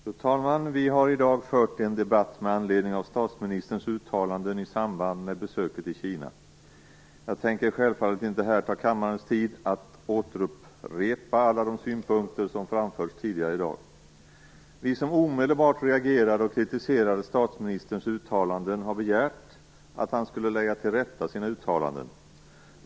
Fru talman! Vi har i dag fört en debatt med anledning av statsministerns uttalanden i samband med besöket i Kina. Jag tänker självfallet inte här ta kammarens tid i anspråk för att upprepa alla de synpunkter som framförts tidigare i dag. Vi som omedelbart reagerade och kritiserade statsministerns uttalanden har begärt att han skulle lägga till rätta sina uttalanden.